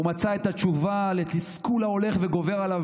הוא מצא את התשובה לתסכול ההולך וגובר עליו